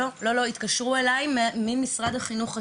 לא, זה היה ממשרד החינוך עצמו.